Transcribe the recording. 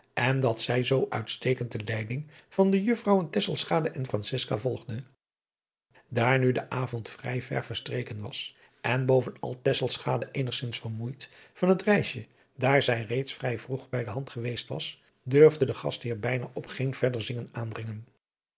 en dat zij zoo uitstekend de leiding van de juffrouwen tesselschade en francisca volgde daar nu de avond vrij ver verstreken was en bovenal tesselschade eenigzins vermoeid van het reisje daar zij reeds vrij vroeg bij de hand geweest was dursde de gastheer bijna op geen verder zingen aandringen